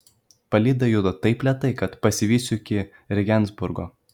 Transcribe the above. palyda juda taip lėtai kad pasivysiu iki rėgensburgo